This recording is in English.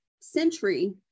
century